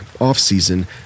off-season